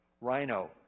Rhino